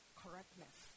correctness